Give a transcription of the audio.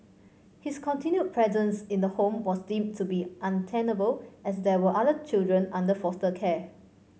his continued presence in the home was deemed to be untenable as there were other children under foster care